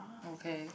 okay